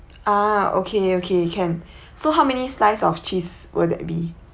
ah okay okay can so how many slice of cheese will that be